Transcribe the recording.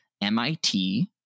MIT